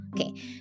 Okay